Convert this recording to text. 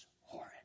horrid